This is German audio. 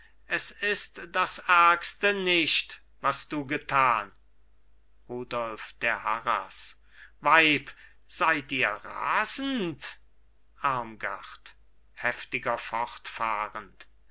es ist das ärgste nicht was du getan rudolf der harras weib seid ihr rasend